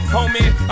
Homie